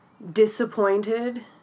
disappointed